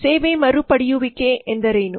ಸೇವೆ ಮರುಪಡೆಯುವಿಕೆ ಎಂದರೇನು